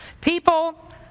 People